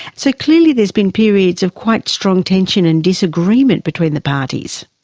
so clearly there has been periods of quite strong tension and disagreement between the parties.